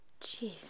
jeez